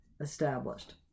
established